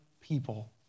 people